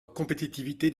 compétitivité